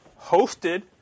hosted